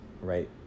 right